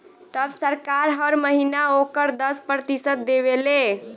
तब सरकार हर महीना ओकर दस प्रतिशत देवे ले